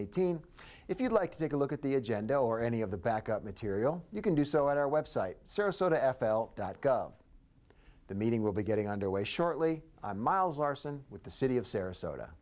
eighteen if you'd like to take a look at the agenda or any of the back up material you can do so at our website sarasota f l dot gov the meeting will be getting underway shortly miles larsen with the city of sarasota